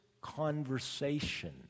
conversation